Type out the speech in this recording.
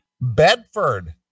Bedford